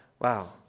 Wow